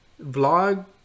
vlog